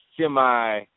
semi